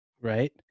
right